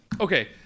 Okay